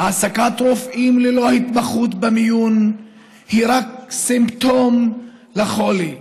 העסקת רופאים ללא התמחות במיון היא רק סימפטום לחולי.